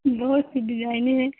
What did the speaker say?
بہت سی ڈیزائنیں ہیں